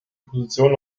position